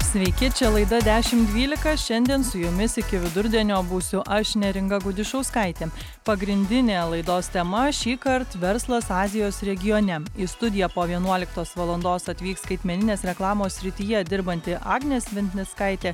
sveiki čia laida dešim dvylika šiandien su jumis iki vidurdienio būsiu aš neringa gudišauskaitė pagrindinė laidos tema šįkart verslas azijos regione į studiją po vienuoliktos valandos atvyks skaitmeninės reklamos srityje dirbanti agnė sventnickaitė